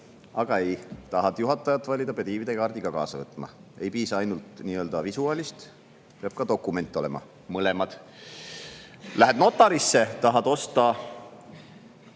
Aga ei! Tahad juhatajat valida, pead ka ID-kaardi kaasa võtma. Ei piisa ainult nii-öelda visuaalist, peab ka dokument olema. Mõlemad! Lähed notarisse, tahad osta